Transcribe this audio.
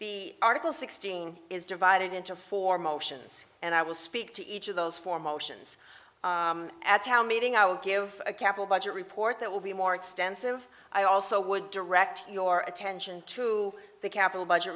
the article sixteen is divided into four motions and i will speak to each of those four motions at our meeting i will give a capital budget report that will be more extensive i also would direct your attention to the capital budget